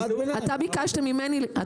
אתה ביקשת ממני,